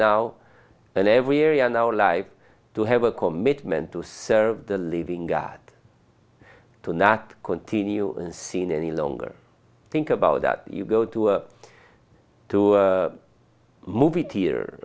now in every area now live to have a commitment to serve the living god to not continue seen any longer think about that you go to two movie theater